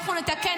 אנחנו נתקן,